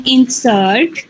Insert